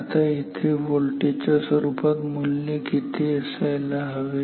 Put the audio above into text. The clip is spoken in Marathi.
आता इथे व्होल्टेज च्या स्वरूपात मूल्य किती असायला हवे